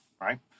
right